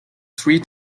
three